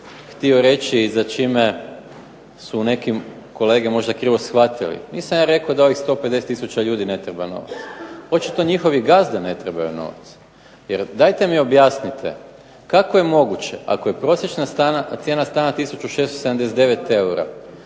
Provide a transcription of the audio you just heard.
htio reći i za čime su neke kolege možda krivo shvatili. Nisam ja rekao da ovih 150 tisuća ljudi ne treba novac. Očito njihovi gazde ne trebaju novac. Jer dajte mi objasnite kako je moguće ako je prosječna cijena stana 1679 eura,